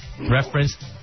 Reference